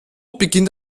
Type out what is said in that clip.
beginnt